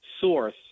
source